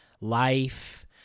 life